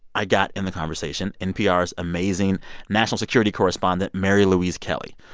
i got, in the conversation, npr's amazing national security correspondent, mary louise kelly.